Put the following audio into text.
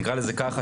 נקרא לזה ככה,